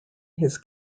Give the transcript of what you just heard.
his